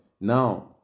now